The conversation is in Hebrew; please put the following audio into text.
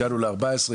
הגענו ל-14,